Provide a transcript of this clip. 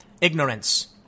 ignorance